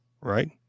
right